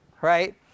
Right